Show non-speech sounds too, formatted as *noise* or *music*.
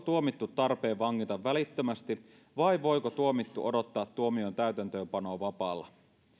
*unintelligible* tuomittu tarpeen vangita välittömästi vai voiko tuomittu odottaa tuomion täytäntöönpanoa vapaalla